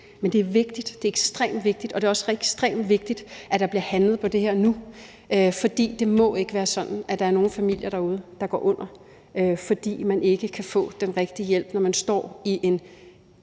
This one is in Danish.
Men det er ekstremt vigtigt, og det er også ekstremt vigtigt, at der bliver handlet på det her nu, for det må ikke være sådan, at der er nogle familier derude, der går under, fordi de ikke kan få den rigtige hjælp, når de står i den